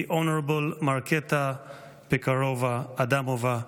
the Honorable Markéta Pekarová Adamová,